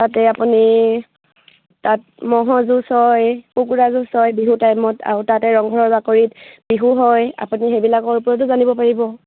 তাতে আপুনি তাত ম'হৰ যুঁজ হয় কুকুৰা যুঁজ হয় বিহু টাইমত আৰু তাতে ৰংঘৰৰ বাকৰিত বিহু হয় আপুনি সেইবিলাকৰ ওপৰতো জানিব পাৰিব